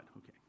okay